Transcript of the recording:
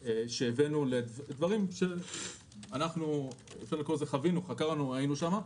שהבאנו, דברים שאנחנו חווינו וחקרנו, היינו שם.